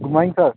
good morning sir